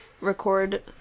record